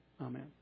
amen